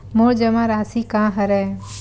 मोर जमा राशि का हरय?